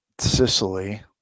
Sicily